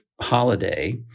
holiday